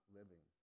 living